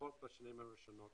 ופחות בשנים הראשונות